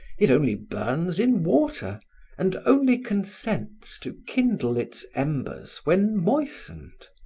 it only burns in water and only consents to kindle its embers when moistened.